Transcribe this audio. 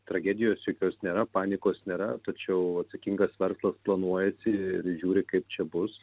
tragedijos jokios nėra panikos nėra tačiau atsakingas verslas planuojasi ir žiūri kaip čia bus